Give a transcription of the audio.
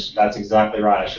that's exactly right,